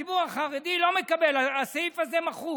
הציבור החרדי לא מקבל, הסעיף הזה מחוק.